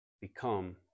become